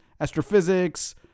astrophysics